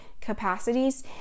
capacities